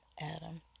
Adam